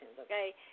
Okay